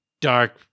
dark